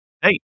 Hey